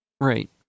Right